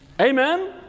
Amen